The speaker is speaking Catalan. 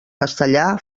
castellà